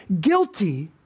guilty